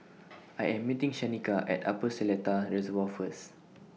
I Am meeting Shanika At Upper Seletar Reservoir First